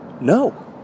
No